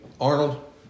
Arnold